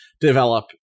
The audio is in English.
develop